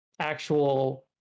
actual